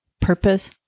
purpose